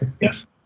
Yes